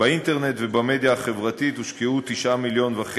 באינטרנט ובמדיה החברתית הושקעו 9.5 מיליון,